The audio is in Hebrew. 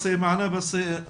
הצטרף אלינו אוסאמה סעדי,